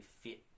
fit